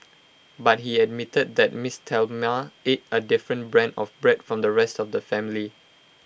but he admitted that miss Thelma ate A different brand of bread from the rest of the family